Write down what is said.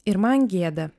ir man gėda